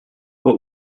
but